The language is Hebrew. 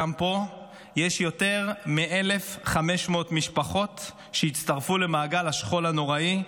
גם פה יש יותר מ-1,500 משפחות שהצטרפו למעגל השכול הנוראי.